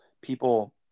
people